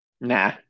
Nah